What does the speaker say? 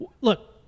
look